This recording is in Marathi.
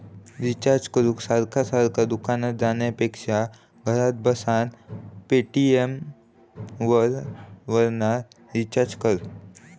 रिचार्ज करूक सारखा सारखा दुकानार जाण्यापेक्षा घरात बसान पेटीएमवरना रिचार्ज कर